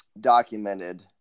documented